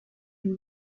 une